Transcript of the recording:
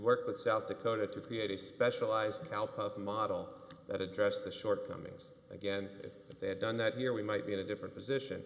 work with south dakota to create a specialized help up model that addressed the shortcomings again if they had done that here we might be in a different position